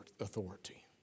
authority